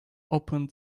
opened